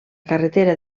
carretera